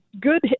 good